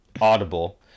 Audible